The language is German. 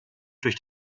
durch